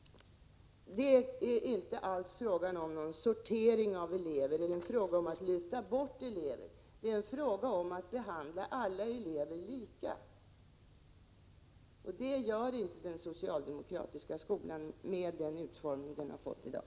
Det är inte alls fråga om någon sortering eller om att lyfta bort elever. Det är fråga om att behandla alla elever lika. Det gör inte den socialdemokratiska skolan, med den utformning den har i dag.